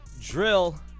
drill